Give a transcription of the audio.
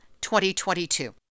2022